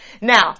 Now